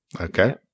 Okay